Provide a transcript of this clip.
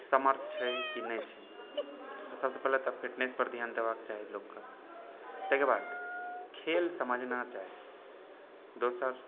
समर्थ छै कि नहि छै तऽ सबसँ पहिने तऽ फिटनेसपर ध्यान देबाक चाही लोकके ताहिके बाद खेल समझना चाही दोसर